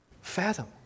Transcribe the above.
fathom